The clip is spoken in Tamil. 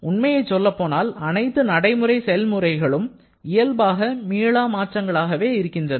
உண்மையைச் சொல்லப்போனால் அனைத்து நடைமுறை செயல்முறைகளும் இயல்பாக மீளா மாற்றங்களாக இருக்கின்றன